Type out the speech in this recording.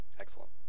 excellent